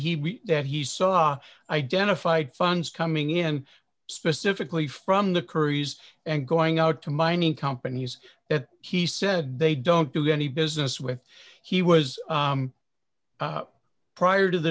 he had he saw identified funds coming in specifically from the currys and going out to mining companies that he said they don't do any business with he was prior to the